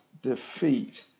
Defeat